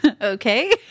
okay